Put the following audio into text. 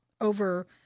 over